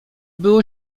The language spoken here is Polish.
było